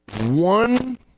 one